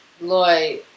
loy